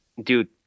Dude